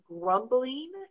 grumbling